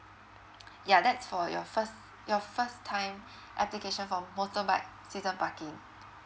ya that's for your first your first time application for motorbike season parking